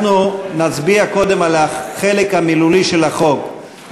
אנחנו נצביע קודם על החלק המילולי של החוק,